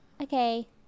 Okay